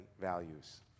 values